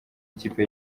ikipe